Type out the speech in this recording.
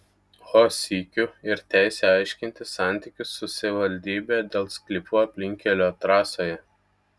o sykiu ir teisę aiškintis santykius su savivaldybe dėl sklypų aplinkkelio trasoje